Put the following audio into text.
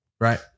right